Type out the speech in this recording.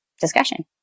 discussion